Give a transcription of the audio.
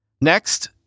Next